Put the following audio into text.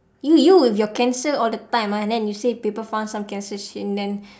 you you with your cancer all the time ah and then you say people found some cancer shit and then